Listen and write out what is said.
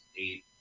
eight